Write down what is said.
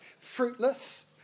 fruitless